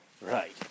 right